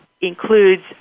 includes